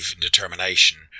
determination